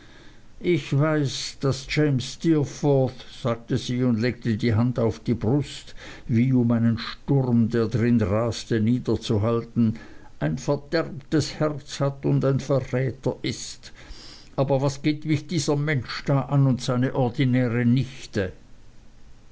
ich weiß daß james steerforth sagte sie und legte die hand auf die brust wie um einen sturm der darin raste niederzuhalten ein verderbtes herz hat und ein verräter ist aber was geht mich dieser mensch da an und seine ordinäre nichte